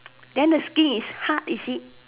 then the skin is hard is it